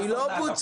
היא לא בוצעה.